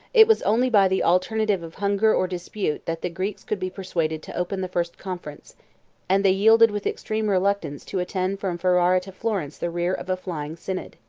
it was only by the alternative of hunger or dispute that the greeks could be persuaded to open the first conference and they yielded with extreme reluctance to attend from ferrara to florence the rear of a flying synod.